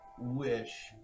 wish